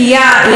כל העולם,